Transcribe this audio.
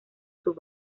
sus